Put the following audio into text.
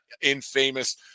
infamous